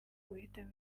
guhitamo